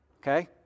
okay